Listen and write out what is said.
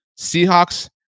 Seahawks